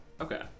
Okay